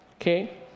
okay